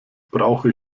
brauche